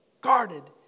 guarded